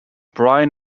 bryan